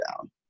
down